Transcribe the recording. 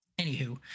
Anywho